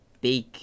big